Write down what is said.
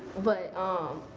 but um